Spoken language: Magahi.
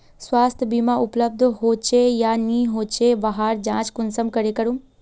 स्वास्थ्य बीमा उपलब्ध होचे या नी होचे वहार जाँच कुंसम करे करूम?